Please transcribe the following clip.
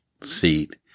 seat